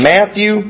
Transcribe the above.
Matthew